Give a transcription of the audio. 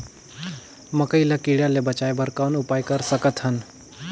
मकई ल कीड़ा ले बचाय बर कौन उपाय कर सकत हन?